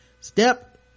Step